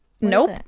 Nope